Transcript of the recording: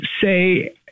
say